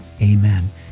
amen